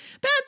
bad